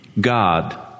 god